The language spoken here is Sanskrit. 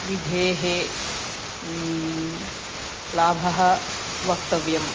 विधेः लाभः वक्तव्यः